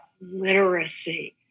literacy